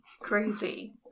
Crazy